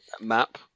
map